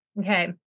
Okay